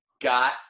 got